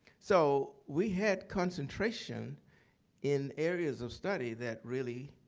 so we had concentration in areas of study, that really